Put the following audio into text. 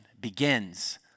begins